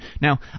Now